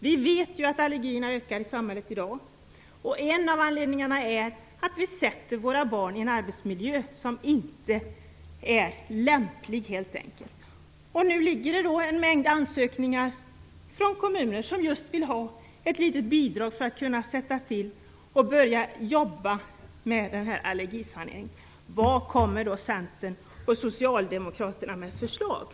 Vi vet ju att allergierna ökar i samhället i dag, och en av anledningarna är att vi sätter våra barn i en arbetsmiljö som helt enkelt inte är lämplig. Nu finns det en mängd ansökningar från kommuner som just vill ha ett litet bidrag för att kunna sätta i gång och börja jobba med denna allergisanering. Vad kommer då Centern och Socialdemokraterna med för förslag?